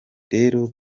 rero